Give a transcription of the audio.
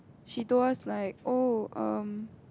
she told us like oh um